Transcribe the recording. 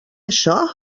això